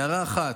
הערה 1,